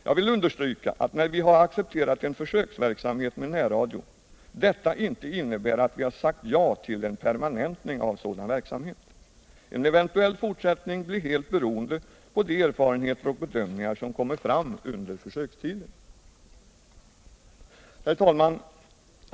Jag vill understryka att det förhållandet att vi har accepterat en försöksverksamhet med närradio inte innebär att vi har sagt ja till. en permanentning av en sådan verksamhet. En eventuell fortsättning blir helt beroende av de erfarenheter och bedömningar som kommer fram under försökstiden. Herr talman!